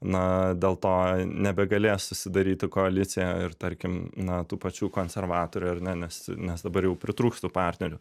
na dėl to nebegalės susidaryti koalicija ir tarkim na tų pačių konservatorių ar ne nes nes dabar jau pritrūks tų partnerių